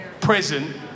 present